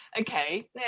Okay